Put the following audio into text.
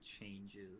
changes